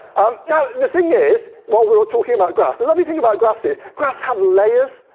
um yeah the thing is, while we're all talking about graphs, and like the thing about graphs is graphs have layers.